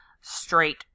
straight